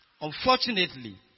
unfortunately